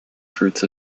fruits